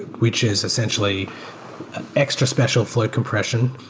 which is essentially an extra special fluid compression.